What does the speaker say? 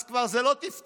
אז זה כבר לא טפטוף.